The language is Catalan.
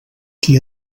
qui